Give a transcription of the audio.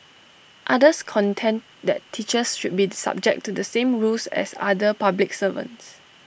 others contend that teachers should be subject to the same rules as other public servants